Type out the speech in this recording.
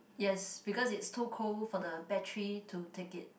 yes because it's too cold for the battery to take it